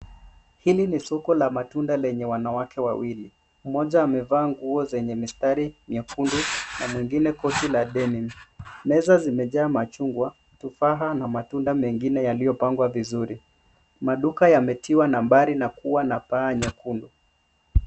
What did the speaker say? Hili ni soko la matunda lenye wanawake wawili. Mmoja amevaa nguo yenye mistari nyekundu na mwingine koti la beni. Meza zimejaa machungwa, tufaha na matunda mengine yaliyopangwa vizuri. Maduka yametiwa nambari na kuwa na paa nyekundu.